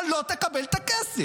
אתה לא תקבל את הכסף,